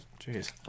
Jeez